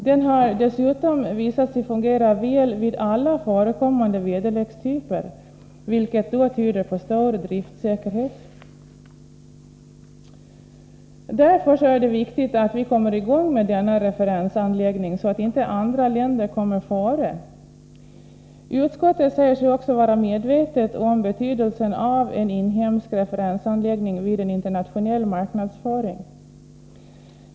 Den har dessutom visat sig fungera väl vid alla förekommande väderlekstyper, vilket tyder på stor driftsäkerhet. Därför är det viktigt att vi kommer i gång med denna referensanläggnng, så att inte andra länder kommer före. Utskottet säger sig också vara medvetet om betydelsen av en inhemsk referensanläggning vid internationell marknadsföring.